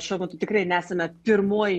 šiuo metu tikrai nesame pirmoj